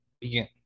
begin